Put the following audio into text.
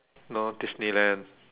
no Disneyland